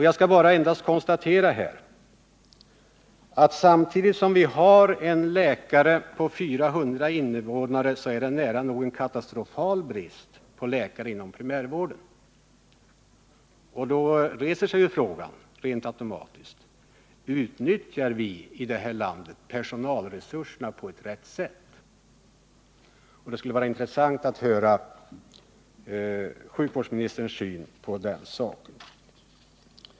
Jag skall här endast konstatera att det samtidigt som vi haren läkare på 400 invånare är en nära nog katastrofal brist på läkare inom primärvården. Då reser sig automatiskt frågan: Utnyttjar vi i det här landet personalresurserna på ett riktigt sätt? Det skulle vara intressant att få sjukvårdsministerns syn på den saken.